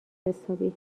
حسابی